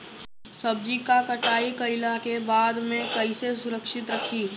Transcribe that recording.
सब्जी क कटाई कईला के बाद में कईसे सुरक्षित रखीं?